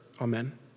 Amen